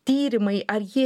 tyrimai ar jie